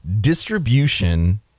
Distribution